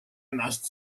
ennast